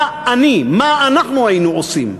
מה אנחנו היינו עושים,